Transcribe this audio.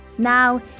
Now